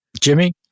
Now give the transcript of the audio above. jimmy